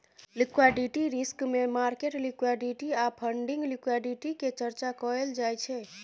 liquidity risk मे market liquidity आ funding liquidity के चर्चा कएल जाइ छै